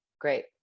great